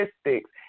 statistics